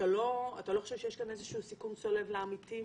אתה לא חושב שיש כאן איזשהו סיכון צולב לעמיתים